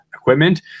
equipment